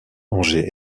angers